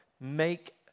make